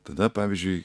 tada pavyzdžiui